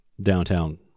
downtown